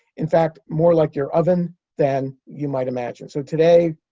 in fact, more like your oven than you might imagine. so, today,